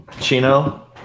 Chino